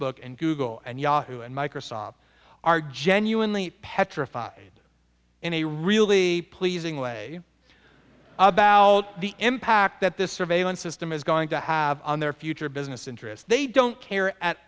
book and google and yahoo and microsoft are genuinely petrified in a really pleasing way about the impact that this surveillance system is going to have on their future business interests they don't care at